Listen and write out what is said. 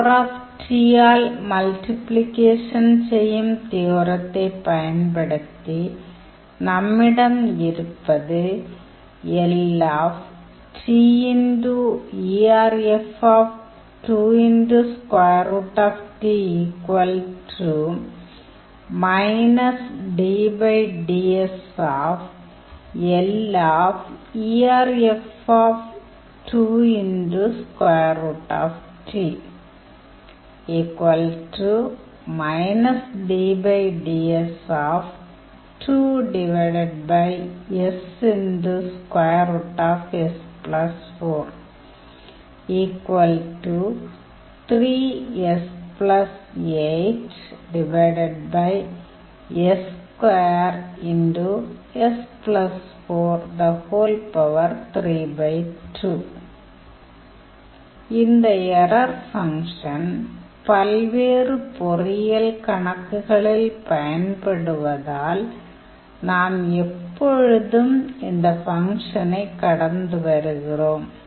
power of t ஆல் multiplication செய்யும் தியோரத்தை பயன்படுத்தி நம்மிடம் இருப்பது இந்த எறர் ஃபங்க்ஷன் பல்வேறு பொறியியல் கணக்குகளில் பயன்படுவதால் நாம் எப்பொழுதும் இந்த ஃபங்க்ஷனை கடந்து வருகிறோம்